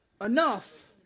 enough